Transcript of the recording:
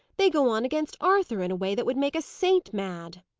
they go on against arthur in a way that would make a saint mad.